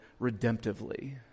redemptively